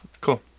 Cool